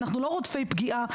אנחנו לא רודפי פגיעה,